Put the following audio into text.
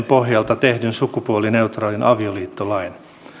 pohjalta tehdyn sukupuolineutraalin avioliittolain